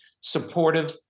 supportive